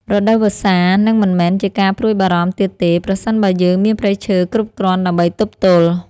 រដូវវស្សានឹងមិនមែនជាការព្រួយបារម្ភទៀតទេ ប្រសិនបើយើងមានព្រៃឈើគ្រប់គ្រាន់ដើម្បីទប់ទល់។